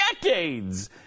decades